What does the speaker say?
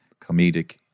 comedic